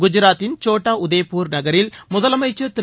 குஜராத்தின் சோட்டா உதேபூர் நகில் முதலமைச்சள் திரு